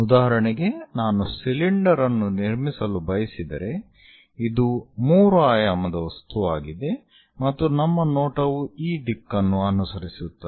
ಉದಾಹರಣೆಗೆ ನಾನು ಸಿಲಿಂಡರ್ ಅನ್ನು ನಿರ್ಮಿಸಲು ಬಯಸಿದರೆ ಇದು 3 ಆಯಾಮದ ವಸ್ತುವಾಗಿದೆ ಮತ್ತು ನಮ್ಮ ನೋಟವು ಈ ದಿಕ್ಕನ್ನು ಅನುಸರಿಸುತ್ತದೆ